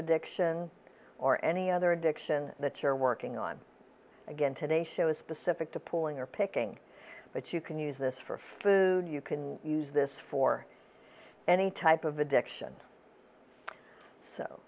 addiction or any other addiction that you're working on again today show is specific to pooling your picking but you can use this for food you can use this for any type of addiction so